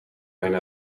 mijn